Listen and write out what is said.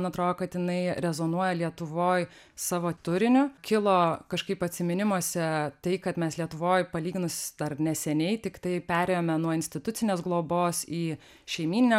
man atrodo kad jinai rezonuoja lietuvoj savo turiniu kilo kažkaip atsiminimuose tai kad mes lietuvoj palyginus dar neseniai tiktai perėjome nuo institucinės globos į šeimyninę